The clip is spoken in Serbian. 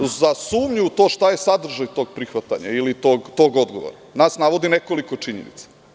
Za sumnju to šta je sadržaj tog prihvatanja ili tog odgovora, nas navodi na nekoliko činjenica.